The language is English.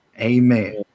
Amen